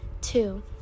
Two